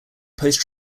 post